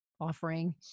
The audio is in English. offering